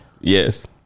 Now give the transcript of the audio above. Yes